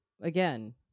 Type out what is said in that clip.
again